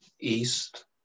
east